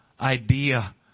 idea